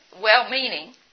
well-meaning